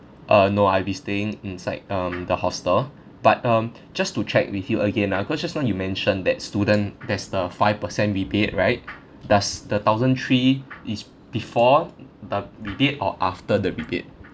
uh no I'll be staying inside um the hostel but um just to check with you again ah cause just now you mentioned that student there's the five percent rebate right does the thousand three is before the rebate or after the rebate